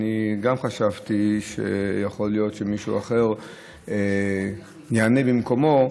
וגם אני חשבתי שיכול להיות שמישהו אחר יענה במקומו,